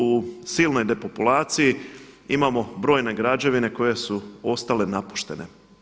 U silnoj depopulaciji imamo brojne građevine koje su ostale napuštene.